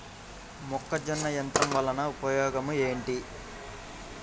మొక్కజొన్న యంత్రం వలన ఉపయోగము ఏంటి?